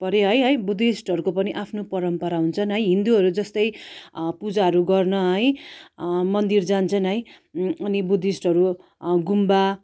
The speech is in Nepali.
परे ह है बुद्धिस्टको पनि आफ्नो परम्परा हुन्छन् है हिन्दूहरू जस्तै पूजाहरू गर्न है मन्दिर जान्छन् है अनि बुद्धिस्टहरू गुम्बा